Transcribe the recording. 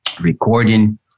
recording